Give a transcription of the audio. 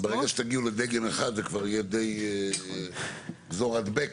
ברגע שתגיעו לדגם אחד זה כבר יהיה גזור הדבק